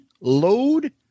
Load